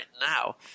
now